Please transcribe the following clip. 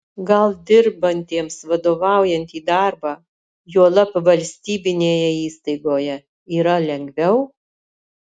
gal dirbantiems vadovaujantį darbą juolab valstybinėje įstaigoje yra lengviau